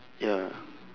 ya